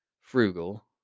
frugal